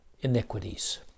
iniquities